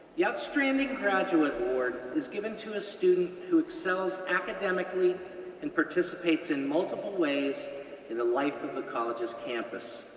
the outstanding graduate award is given to a student who excels academically and participates in multiple ways in the life of the college's campus.